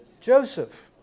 Joseph